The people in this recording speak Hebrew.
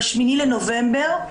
ב-8 בנובמבר.